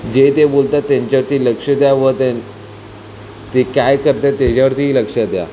जे ते बोलत आहेत त्यांच्यावरती लक्ष द्या व ते ते काय करतात त्याच्यावरती ही लक्ष द्या